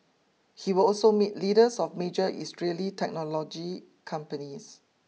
he will also meet leaders of major Israeli technology companies